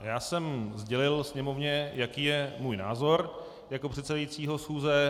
Já jsem sdělil Sněmovně, jaký je můj názor jako předsedajícího schůze.